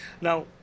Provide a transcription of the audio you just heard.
now